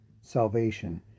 salvation